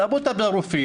תעבו אותה ברופאים.